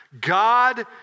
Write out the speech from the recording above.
God